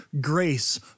grace